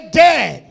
dead